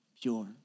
pure